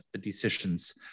decisions